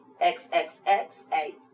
X-X-X-A